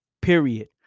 Period